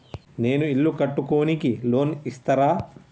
నేను ఇల్లు కట్టుకోనికి లోన్ ఇస్తరా?